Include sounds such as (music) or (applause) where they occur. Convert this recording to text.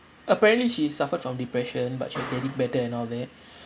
apparently she suffered from depression but she's getting better and all that (breath)